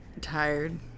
Tired